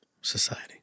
Society